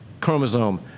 chromosome